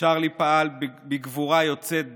צ'רלי פעל בגבורה יוצאת דופן,